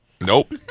Nope